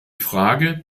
frage